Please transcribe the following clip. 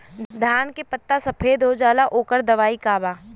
धान के पत्ता सफेद हो जाला ओकर दवाई का बा?